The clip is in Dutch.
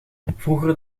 vroeger